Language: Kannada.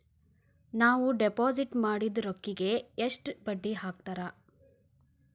ನಾವು ಡಿಪಾಸಿಟ್ ಮಾಡಿದ ರೊಕ್ಕಿಗೆ ಎಷ್ಟು ಬಡ್ಡಿ ಹಾಕ್ತಾರಾ?